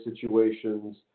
situations